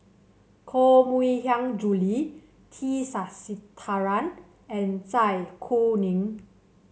Koh Mui Hiang Julie T Sasitharan and Zai Kuning